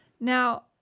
Now